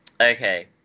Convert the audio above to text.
Okay